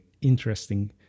interesting